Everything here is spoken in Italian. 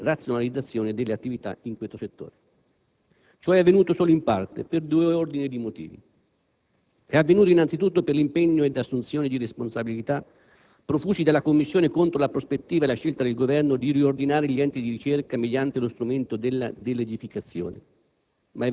e di razionalizzazione delle attività in questo settore. Ciò è avvenuto solo in parte, per due ordini di motivi. È avvenuto innanzitutto per l'impegno ed assunzione di responsabilità profusi dalla Commissione contro la prospettiva e la scelta del Governo di riordinare gli enti di ricerca mediante lo strumento della delegificazione.